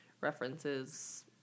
references